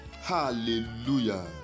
Hallelujah